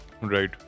Right